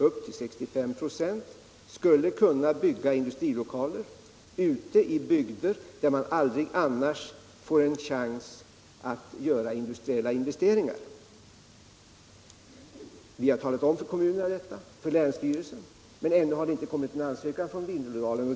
upp ull 65 26. bygga industrilokaler ute i bygder där man aldrig annars får en chans att göra industriella investe delådalen 100 ringar. Vi har talat om detta för kommuner nu och för linssty relsen, men ännu har det inte kommit någon ansökan från Vindelådalen.